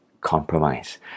compromise